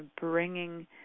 bringing